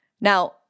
Now